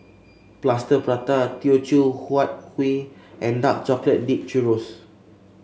Plaster Prata Teochew Huat Kuih and Dark Chocolate Dipped Churro